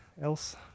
else